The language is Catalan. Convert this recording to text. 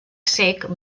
cec